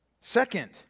Second